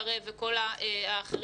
קרב וכל האחרות,